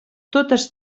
totes